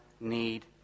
need